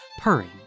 purring